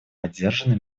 поддержаны